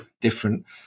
different